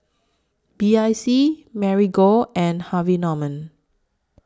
B I C Marigold and Harvey Norman